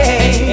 hey